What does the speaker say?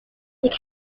half